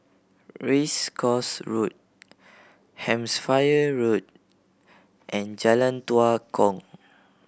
Race Course Road Hampshire Road and Jalan Tua Kong